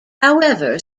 however